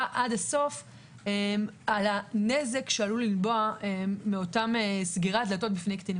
עד הסוף על הנזק שעלול לנבוע מאותה סגירת דלתות בפני קטינים.